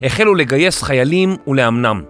החלו לגייס חיילים ולאמנם